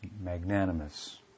magnanimous